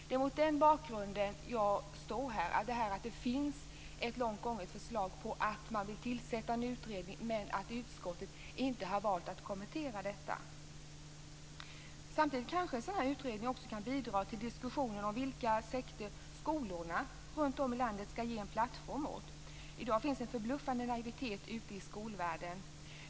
Det är mot den bakgrunden som jag står här, nämligen att det finns ett långt gånget förslag på att man vill tillsätta en utredning men att utskottet inte har valt att kommentera detta. Samtidigt kanske en sådan utredning också kan bidra till diskussionen om vilka sekter som skolorna runt om i landet skall ge en plattform åt. I dag finns det en förbluffande naivitet ute i skolvärlden.